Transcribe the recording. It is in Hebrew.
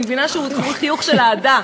אני מבינה שהוא חיוך של אהדה,